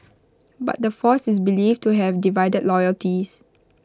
but the force is believed to have divided loyalties